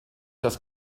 das